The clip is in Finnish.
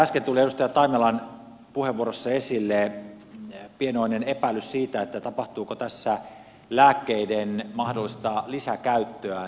äsken tuli edustaja taimelan puheenvuorossa esille pienoinen epäilys siitä tapahtuuko tässä lääkkeiden mahdollista lisäkäyttöä